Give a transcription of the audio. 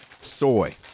Soy